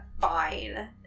fine